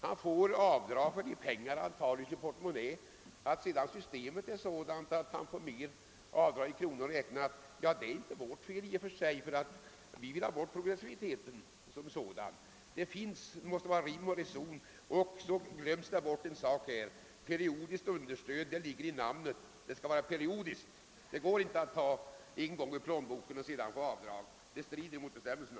Han får avdrag för de pengar han tar ur sin portmonnä. Att sedan systemet är sådant att han kan få mer avdrag i kronor räknat är i och för sig inte vårt fel. Vi vill för övrigt ha bort översta toppen av progressiviteten. Det måste vara rim och reson i detta. Här glöms också bort en sak: periodiskt understöd — det ligger i namnet — skall vara periodiskt. Det går inte att ta en gång ur plånboken och sedan få avdrag. Det strider mot bestämmelserna.